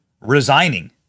resigning